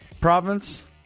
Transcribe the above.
Province